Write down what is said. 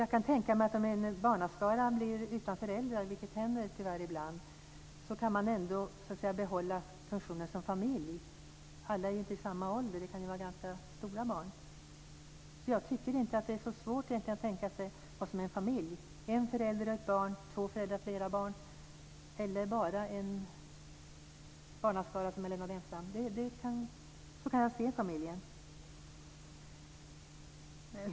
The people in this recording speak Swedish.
Jag kan tänka mig att om en barnaskara blir utan föräldrar, vilket tyvärr händer ibland, kan man ändå behålla funktionen som familj. Alla är inte i samma ålder. Det kan ju vara ganska stora barn. Jag tycker inte att det är så svårt att tänka sig vad som är en familj. En förälder och ett barn, två föräldrar och flera barn eller bara en barnaskara som är lämnad ensam. Så kan jag se familjen.